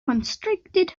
constricted